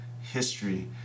history